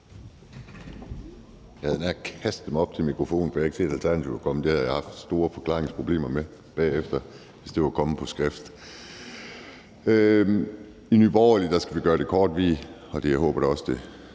Jeg havde nær kastet mig op til mikrofonen, for jeg havde ikke set, at Alternativet var kommet. Det havde jeg haft store forklaringsproblemer med bagefter, hvis det var kommet på skrift. I Nye Borgerlige skal vi gøre det kort, og jeg håber da også, det